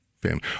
family